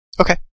Okay